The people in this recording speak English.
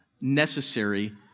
necessary